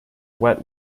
wet